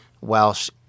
Welsh